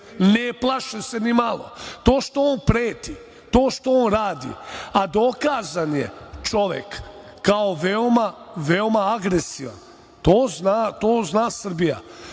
ne plaše se ni malo. To što on preti, to što on radi, a dokazan je čovek kao veoma, veoma agresivan. To zna Srbija. Samo